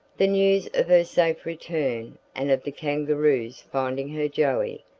the news of her safe return, and of the kangaroo's finding her joey,